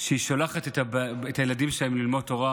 שהיא שולחת את הילדים שלהם ללמוד תורה